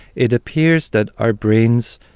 it appears that our brains